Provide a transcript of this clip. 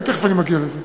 תכף אני מגיע לזה.